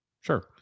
sure